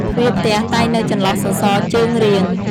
ទ្វារផ្ទះតែងនៅចន្លោះសសរជើងរៀង ។